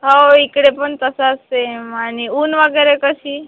हो इकडे पण तसा सेम आणि ऊन वगैरे कशी